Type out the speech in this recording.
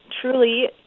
truly